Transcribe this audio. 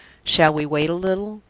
shall we wait a little?